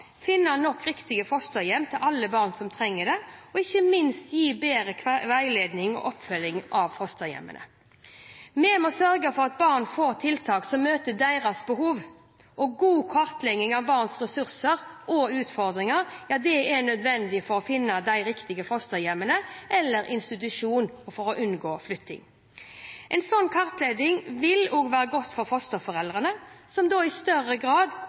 nok riktige fosterhjem til alle barn som trenger det og ikke minst gi bedre veiledning og oppfølging av fosterhjemmene Vi må sørge for at barn får tiltak som møter deres behov. God kartlegging av barnets ressurser og utfordringer er nødvendig for å finne det riktige fosterhjemmet eller institusjonen og for å unngå flyttinger. En slik kartlegging vil også være godt for fosterforeldrene, som da i større grad